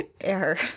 air